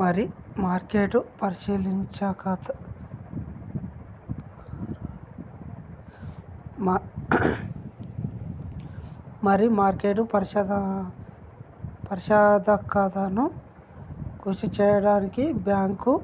మరి మార్కెట్ పారదర్శకతను సృష్టించడానికి బాంకు